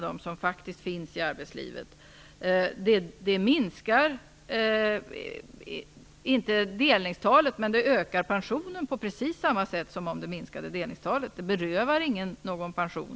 Det minskar inte delningstalet, men det ökar pensionen på precis samma sätt som om det minskade delningstalet. Det berövar ingen någon pension.